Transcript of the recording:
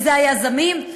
וזה היזמים,